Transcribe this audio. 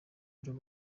rero